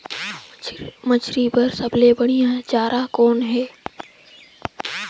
मछरी बर सबले बढ़िया चारा कौन हे?